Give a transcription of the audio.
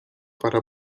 para